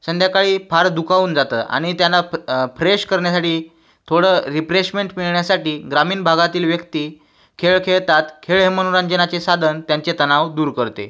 संध्याकाळी फार दुखावून जातं आणि त्यांना फ्रे फ्रेश करण्यासाठी थोडं रिफ्रेशमेंट मिळण्यासाठी ग्रामीण भागातील व्यक्ती खेळ खेळतात खेळ मनोरंजनाचे साधन त्यांचे तणाव दूर करते